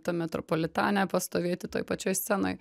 tam metropolitane pastovėti toj pačioj scenoj